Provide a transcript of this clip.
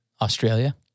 Australia